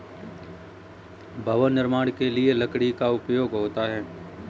भवन निर्माण के लिए लकड़ी का उपयोग होता है